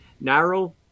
Narrow